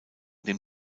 dem